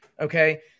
Okay